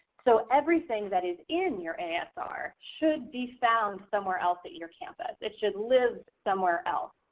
so everything that is in your asr should be found somewhere else at your campus. it should live somewhere else,